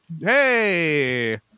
hey